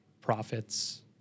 profits